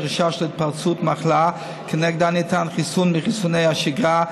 חשש להתפרצות מחלה שכנגדה ניתן חיסון מחיסוני השגרה,